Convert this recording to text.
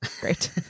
great